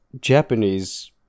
Japanese